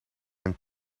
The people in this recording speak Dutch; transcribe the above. een